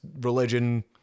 religion